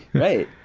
right,